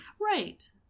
Right